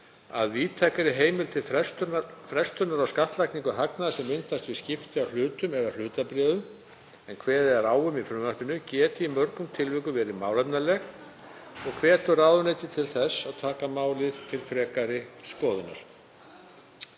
að víðtækari heimild til frestunar á skattlagningu hagnaðar sem myndast við skipti á hlutum eða hlutabréfum en kveðið er á um í frumvarpinu geti í mörgum tilvikum verið málefnaleg og hvetur ráðuneytið til þess að taka málið til frekari skoðunar.